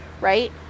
right